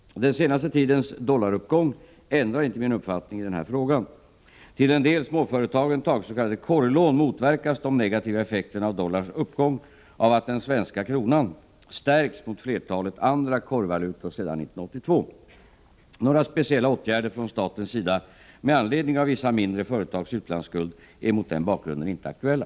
Den senaste tidens dollaruppgång ändrar inte min uppfattning i denna fråga. Till den del småföretagen tagit s.k. korglån motverkas de negativa effekterna av dollarns uppgång av att den svenska kronan stärkts mot flertalet andra korgvalutor sedan 1982. Några speciella åtgärder från statens sida med anledning av vissa mindre företags utlandsskuld är mot denna bakgrund inte aktuella.